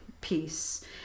piece